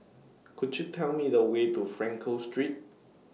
Could YOU Tell Me The Way to Frankel Street